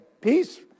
Peace